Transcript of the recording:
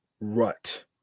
rut